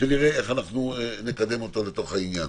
שנראה איך נקדם אותו לתוך העניין.